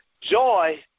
joy